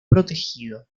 protegido